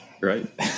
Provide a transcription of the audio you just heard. Right